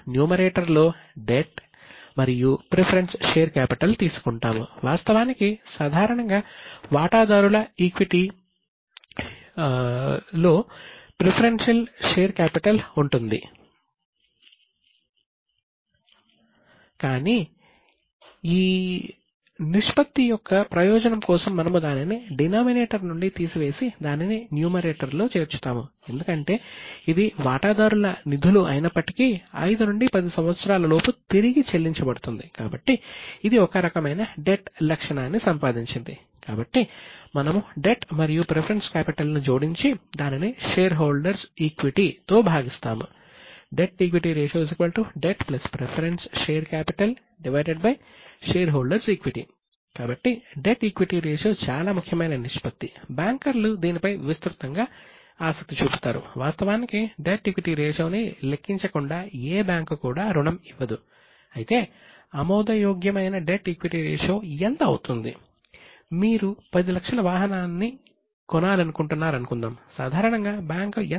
debt debt equity ratio shareholders equity కాబట్టి debt equity ratio ఎంత